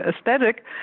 aesthetic